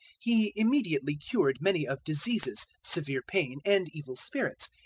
he immediately cured many of diseases, severe pain, and evil spirits,